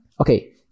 okay